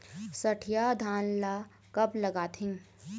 सठिया धान ला कब लगाथें?